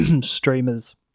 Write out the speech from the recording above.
streamers